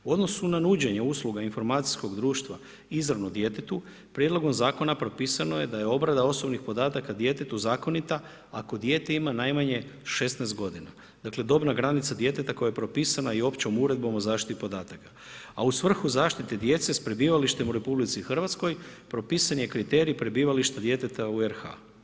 U odnosu na nuđenje usluga informacijskog društva izravno djetetu, prijedlogom zakona, propisano je da je obrana osobnih podataka djetetu zakonita, ako dijete ima najmanje 16 g. Dakle, dobna granica djeteta koja je propisana općom uredbom o zaštiti podataka, a u svrhu zaštite djece s prebivalištem u RH, propisan je kriterij prebivališta djeteta u RH.